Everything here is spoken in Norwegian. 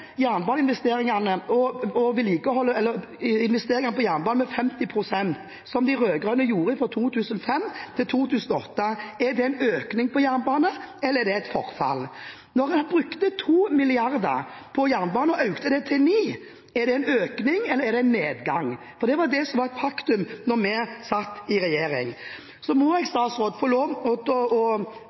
med 50 pst., som de rød-grønne gjorde fra 2005 til 2008, er det da en økning på jernbane, eller er det et forfall? Når man bruker 2 mrd. kr på jernbane, og øker det til 9 mrd. kr, er det da en økning, eller er det en nedgang? For dette var det som var et faktum da vi satt i regjering. Så må jeg, statsråd, få lov til å